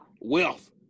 wealth